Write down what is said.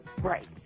Right